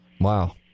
Wow